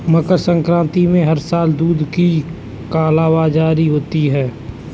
मकर संक्रांति में हर साल दूध की कालाबाजारी होती है